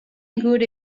good